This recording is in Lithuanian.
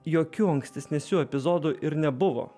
jokių ankstesnių epizodų ir nebuvo